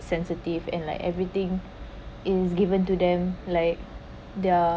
sensitive and like everything is given to them like they're